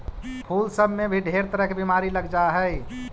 फूल सब में भी ढेर तरह के बीमारी लग जा हई